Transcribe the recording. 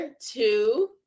two